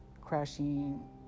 crashing